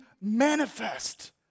manifest